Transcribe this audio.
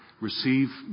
receive